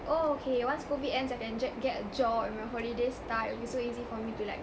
okay once COVID ends I can je~ get a job and my holidays start it will be so easy for me to like